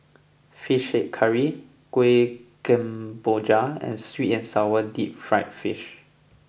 Fish Head Curry Kuih Kemboja and Sweet and Sour Deep Fried Fish